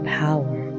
power